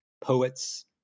poets